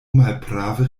malprave